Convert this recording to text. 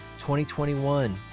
2021